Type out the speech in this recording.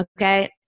okay